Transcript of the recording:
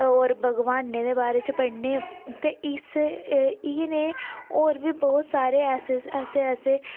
होर भगवान दे बारे च पढ़ने ते इस्सै ते इ'यै नेह् होर बी बहुत सारे ऐसे ऐसे ऐसे